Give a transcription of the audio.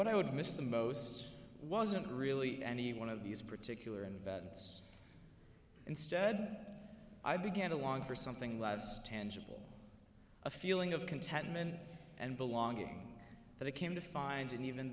what i would miss the most wasn't really any one of these particular investments instead i began to long for something less tangible a feeling of contentment and belonging that i came to find in even